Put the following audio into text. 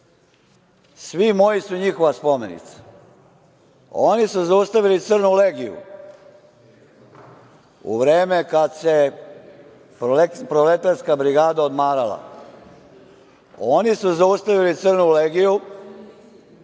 Svi moji su njihova spomenica. Oni su zaustavili Crnu legiju u vreme kad se Proleterska brigada odmarala. Oni su zaustavili Crnu legiju